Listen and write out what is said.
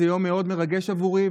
זה יום מאוד מרגש עבורי,